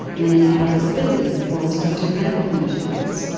many have disabilities or restrictive medical conditions.